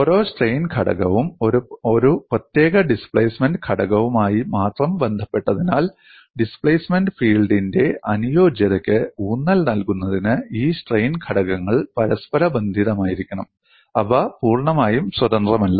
ഓരോ സ്ട്രെയിൻ ഘടകവും ഒരു പ്രത്യേക ഡിസ്പ്ലേസ്മെന്റ് ഘടകവുമായി മാത്രം ബന്ധപ്പെട്ടതിനാൽ ഡിസ്പ്ലേസ്മെന്റ് ഫീൽഡിന്റെ അനുയോജ്യതയ്ക്ക് ഊന്നൽ നൽകുന്നതിന് ഈ സ്ട്രെയിൻ ഘടകങ്ങൾ പരസ്പരബന്ധിതമായിരിക്കണം അവ പൂർണമായും സ്വതന്ത്രമല്ല